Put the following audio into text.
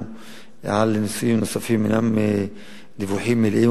על נישואין נוספים אינם דיווחים מלאים,